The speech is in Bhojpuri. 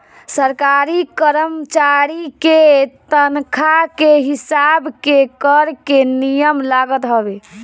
सरकारी करमचारी के तनखा के हिसाब के कर के नियम लागत हवे